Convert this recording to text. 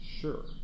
Sure